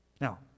Now